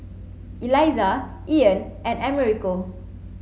Eliza Ean and Americo